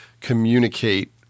communicate